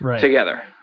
together